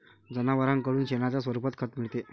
जनावरांकडून शेणाच्या स्वरूपात खत मिळते